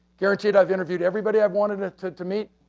guaranteed i've interviewed everybody i've wanted ah to to meet.